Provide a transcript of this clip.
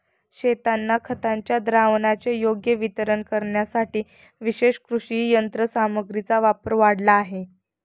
शेतांना खताच्या द्रावणाचे योग्य वितरण करण्यासाठी विशेष कृषी यंत्रसामग्रीचा वापर वाढला आहे